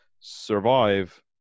survive